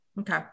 Okay